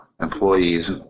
employees